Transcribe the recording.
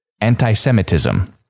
anti-Semitism